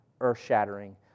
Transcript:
earth-shattering